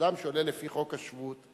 אדם שעולה לפי חוק השבות,